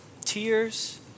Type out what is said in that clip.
tears